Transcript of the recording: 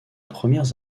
premières